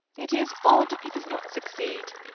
it is odd if he does not succeed.